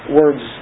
words